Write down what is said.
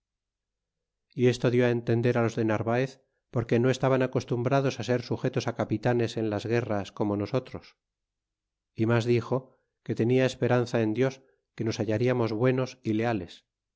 y esto dió á entender á los de narvaez porque no estaban acostumbrados á ser sujetos capitanes en las guerras corno nosotros y mas dixo que tenia esperanza en dios que los hallariamos buenos y leales